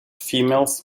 females